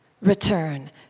Return